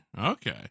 okay